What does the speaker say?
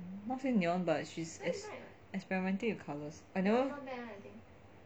not say neon but she's experimenting with colours I never